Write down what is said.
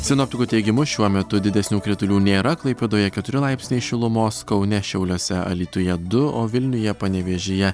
sinoptikų teigimu šiuo metu didesnių kritulių nėra klaipėdoje keturi laipsniai šilumos kaune šiauliuose alytuje du o vilniuje panevėžyje